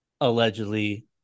allegedly